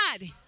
God